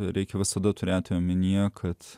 reikia visada turėti omenyje kad